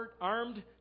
armed